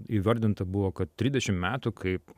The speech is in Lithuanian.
įvardinta buvo kad tridešim metų kaip